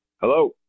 Hello